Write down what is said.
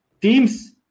teams